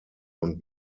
und